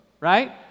Right